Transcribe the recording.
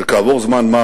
וכעבור זמן מה